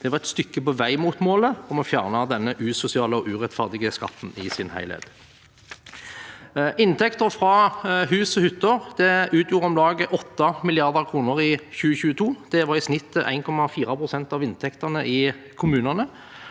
Det var et stykke på vei mot målet om å fjerne denne usosiale og urettferdige skatten i sin helhet. Inntekter fra hus og hytter utgjorde om lag 8 mrd. kr i 2022. Det var i snitt 1,4 pst. av inntektene i kommunene